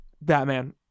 Batman